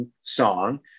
song